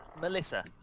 Melissa